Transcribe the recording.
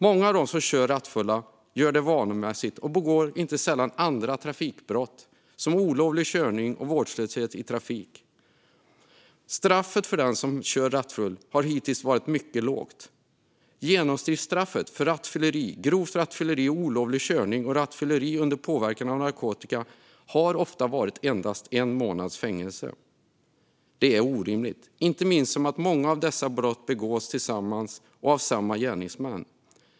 Många av dem som kör rattfulla gör det vanemässigt och begår inte sällan andra trafikbrott som olovlig körning och vårdslöshet i trafik. Straffet för den som kör rattfull har hittills varit mycket lågt. Genomsnittsstraffet för rattfylleri, grovt rattfylleri, olovlig körning och rattfylleri under påverkan av narkotika har ofta varit endast en månads fängelse. Det är orimligt, inte minst med tanke på att många av dessa brott begås tillsammans och av samma gärningsmän.